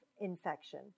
infection